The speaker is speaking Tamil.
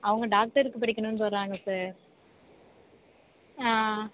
அவங்க டாக்டர்க்கு படிக்கணுன்னு சொல்லுறாங்க சார்